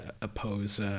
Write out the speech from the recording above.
oppose